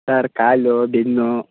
sir ಕಾಲು ಬೆನ್ನು